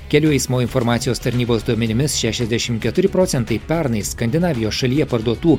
kelių eismo informacijos tarnybos duomenimis šešiasdešim keturi procentai pernai skandinavijos šalyje parduotų